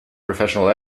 professional